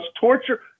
torture